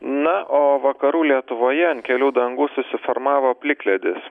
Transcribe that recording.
na o vakarų lietuvoje ant kelių dangų susiformavo plikledis